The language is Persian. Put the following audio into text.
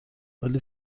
ولی